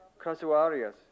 casuarias